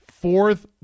fourth